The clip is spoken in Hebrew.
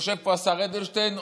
יושב פה השר אדלשטיין,